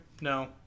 No